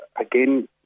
again